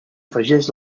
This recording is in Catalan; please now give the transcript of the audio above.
afegeix